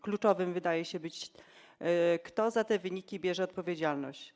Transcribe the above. Kluczowe wydaje się być to, kto za te wyniki bierze odpowiedzialność.